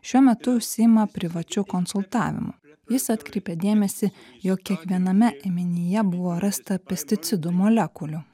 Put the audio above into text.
šiuo metu užsiima privačiu konsultavimu jis atkreipė dėmesį jog kiekviename ėminyje buvo rasta pesticidų molekulių